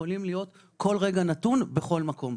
יכולים להיות כל רגע נתון בכל מקום.